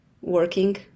working